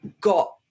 got